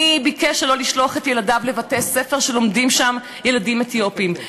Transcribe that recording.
מי ביקש שלא לשלוח את ילדיו לבתי-ספר שלומדים שם ילדים אתיופים?